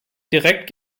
direkt